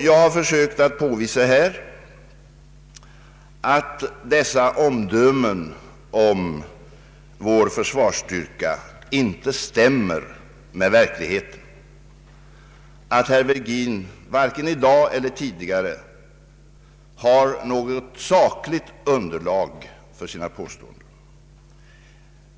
Jag har försökt påvisa att dessa herr Virgins omdömen om vår försvarsstyrka inte stämmer med verkligheten, att herr Virgin varken i dag eller tidigare har och har haft något sakligt underlag för sina påståenden.